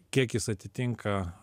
kiek jis atitinka